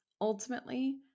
Ultimately